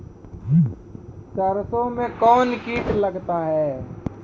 सरसों मे कौन कीट लगता हैं?